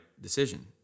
decision